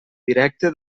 directe